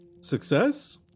success